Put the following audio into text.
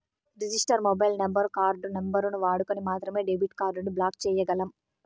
register mobile number, card నంబరుని వాడుకొని మాత్రమే డెబిట్ కార్డుని బ్లాక్ చేయ్యగలం